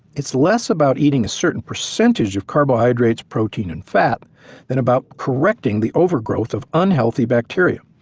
it's less about eating a certain percentage of carbohydrates, protein, and fat then about correcting the overgrowth of unhealthy bacteria,